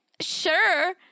sure